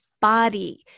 body